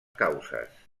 causes